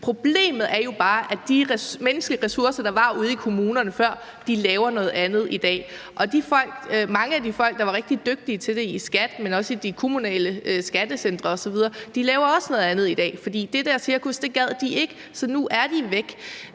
Problemet er jo bare, at de menneskelige ressourcer, der før var ude i kommunerne, laver noget andet i dag, og at mange af de folk, der var rigtig dygtige til det i det daværende SKAT og også i de kommunale skattecentre, også laver noget andet i dag, for det der cirkus gad de ikke, så nu er de væk.